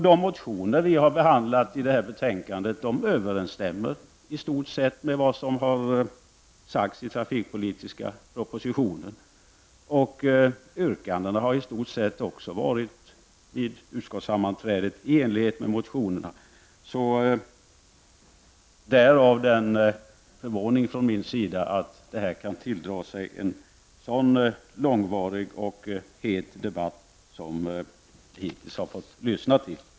De motioner vi har behandlat i betänkandet överensstämmer i stort sett med vad som sagts i den trafikpolitiska propositionen, och yrkandena vid utskottets sammanträden har i stort sett också, varit i enlighet med motionerna. Därav förvåningen från min sida över att det här kan föranleda en så långvarig och het debatt som vi hittills har fått lyssna till.